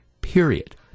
period